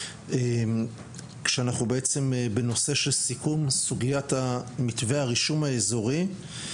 כשאנחנו בעצם בנושא של סיכום סוגיית מתווה הרישום האזורי.